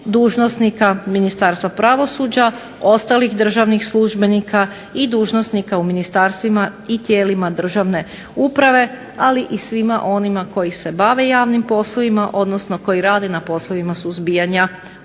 dužnosnika Ministarstva pravosuđa, ostalih državnih službenika i dužnosnika u ministarstvima i tijelima državne uprave, ali i svima onima kojima se bave javnim poslovima odnosno koji rade na poslovima suzbijanja